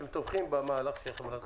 כלומר אתם תומכים במהלך של חברת החשמל.